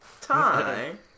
time